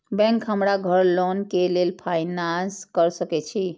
Bank हमरा घर loan के लेल फाईनांस कर सके छे?